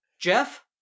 Jeff